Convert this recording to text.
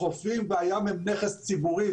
החופים והים הם נכס ציבורי.